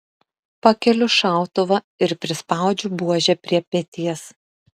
pakeliu šautuvą ir prispaudžiu buožę prie peties